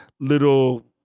Little